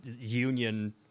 union